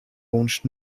launched